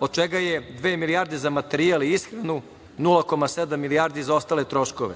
od čega je dve milijarde za materijal i ishranu, 0,7 milijardi za ostale troškove,